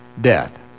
death